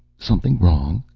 something wrong?